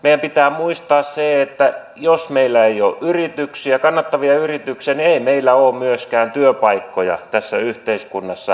meidän pitää muistaa se että jos meillä ei ole kannattavia yrityksiä niin ei meillä ole myöskään työpaikkoja tässä yhteiskunnassa